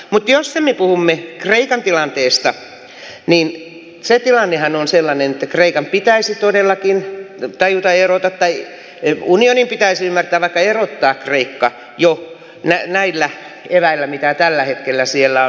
mutta jos me puhumme kreikan tilanteesta niin se tilannehan on sellainen että kreikan pitäisi todellakin tajuta erota tai unionin pitäisi ymmärtää vaikka erottaa kreikka jo näillä eväillä mitä tällä hetkellä siellä on